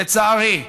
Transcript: לצערי,